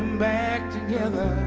back together